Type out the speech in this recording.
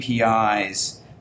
APIs